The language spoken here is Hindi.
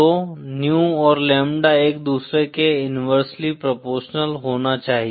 तो न्यू और लैम्ब्डा एक दूसरे के इनवेरसेली प्रोपोरशनल होना चाहिए